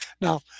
Now